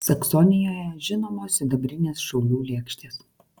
saksonijoje žinomos sidabrinės šaulių lėkštės